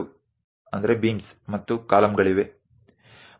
તેમાં ખૂબ લાંબો પુલ છે અને ત્યાં ઘણા બીમ અને કોલમ છે